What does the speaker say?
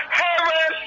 heaven